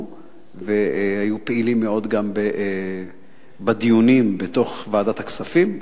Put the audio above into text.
והיו פעילים מאוד בדיונים בוועדת הכספים,